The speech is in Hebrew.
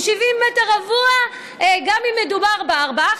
הוא 70 מטר רבוע גם אם מדובר בארבעה